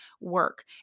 work